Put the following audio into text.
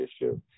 issue